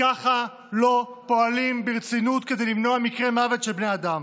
ככה לא פועלים ברצינות כדי למנוע מקרי מוות של בני אדם.